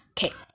Okay